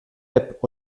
app